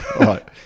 right